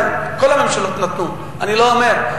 כל הממשלות נתנו, אני לא אומר.